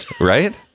right